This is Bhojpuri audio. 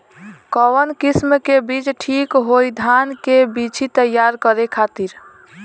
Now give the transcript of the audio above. कवन किस्म के बीज ठीक होई धान के बिछी तैयार करे खातिर?